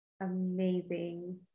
amazing